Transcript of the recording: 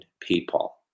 people